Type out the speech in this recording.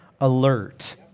alert